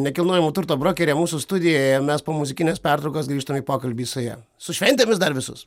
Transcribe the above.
nekilnojamo turto brokerė mūsų studijoje mes po muzikinės pertraukos grįžtam į pokalbį su ja su šventėmis dar visus